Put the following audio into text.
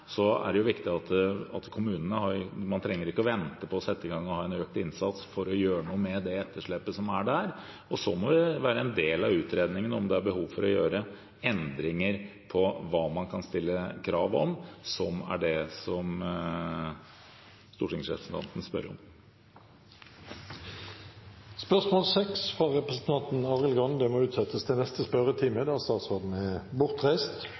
gang en økt innsats for å gjøre noe med det etterslepet som er der. Så må det være en del av utredningen om det er behov for å gjøre endringer i hva man kan stille krav om, som er det som stortingsrepresentanten spør om. Dette spørsmålet er utsatt til neste spørretime. Dette spørsmålet er trukket tilbake. Det foreligger ikke noe referat. Dermed er dagens kart ferdigbehandlet. Forlanger noen ordet før møtet heves? – Møtet er